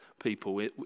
people